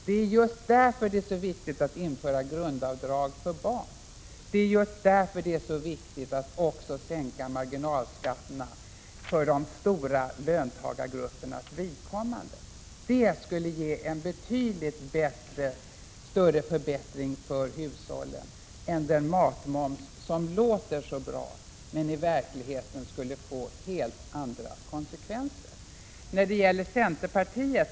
Det är just därför det är så viktigt att införa grundavdrag för barn. Det är just därför det är så viktigt att också sänka marginalskatterna för de stora löntagargruppernas vidkommande. Det skulle ge en betydligt större förbättring för hushållen än den matmomssänkning som låter så bra men som i verkligheten skulle få helt andra konsekvenser.